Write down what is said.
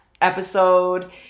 episode